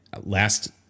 last